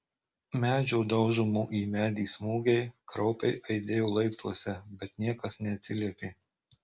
medžio daužomo į medį smūgiai kraupiai aidėjo laiptuose bet niekas neatsiliepė